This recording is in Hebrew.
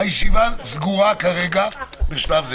הישיבה סגורה בשלב זה.